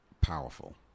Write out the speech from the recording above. powerful